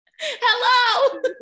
Hello